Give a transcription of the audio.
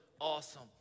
awesome